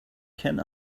can